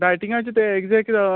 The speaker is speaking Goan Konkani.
डायटींगाचे तें ऍगजॅक्ट